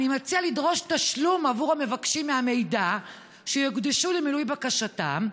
אני מציע לדרוש תשלום מהמבקשים עבור מידע שיוקדש למילוי בקשתם,